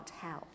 help